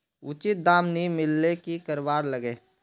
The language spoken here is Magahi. उचित दाम नि मिलले की करवार लगे?